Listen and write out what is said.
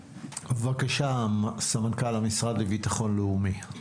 בבקשה, סמנכ"ל המשרד לביטחון לאומי.